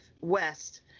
West